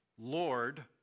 Lord